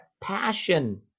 passion